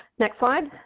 next slide.